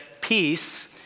peace